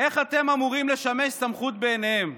איך אתם אמורים לשמש סמכות בעיניהם?